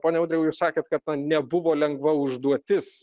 pone audriau jūs sakėt kad nebuvo lengva užduotis